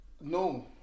No